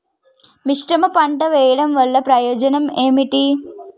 మిశ్రమ పంట వెయ్యడం వల్ల ప్రయోజనం ఏమిటి?